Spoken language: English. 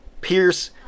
pierce